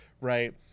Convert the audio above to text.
right